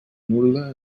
nul·la